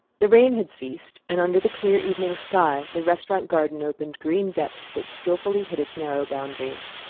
the rain had ceased, and under the clear evening sky the restaurant garden opened green depths that skilfully hid its narrow boundaries.